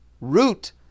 root